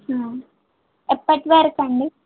ఎప్పటివరకు అండి